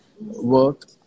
work